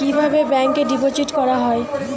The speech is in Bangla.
কিভাবে ব্যাংকে ডিপোজিট করা হয়?